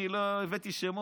אני לא הבאתי שמות,